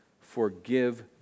Forgive